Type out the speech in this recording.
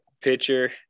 Pitcher